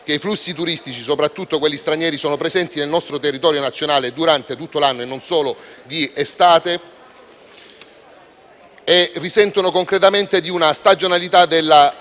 che i flussi turistici, soprattutto quelli stranieri, sono presenti nel nostro territorio nazionale durante tutto l'anno e non solo d'estate e risentono concretamente di una stagionalità della